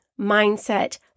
mindset